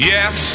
Yes